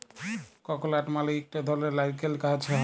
ককলাট মালে ইক ধরলের লাইরকেল গাহাচে হ্যয়